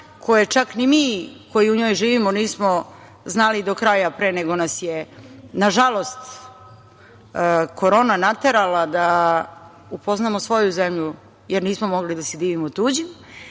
koje čak ni mi koji u njoj živimo nismo znali do kraja... pre nego nas je, nažalost, korona naterala da upoznamo svoju zemlju, jer nismo mogli da se divimo tuđim. Ja